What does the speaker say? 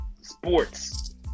sports